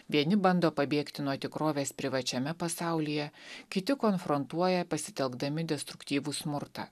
vieni bando pabėgti nuo tikrovės privačiame pasaulyje kiti konfrontuoja pasitelkdami destruktyvų smurtą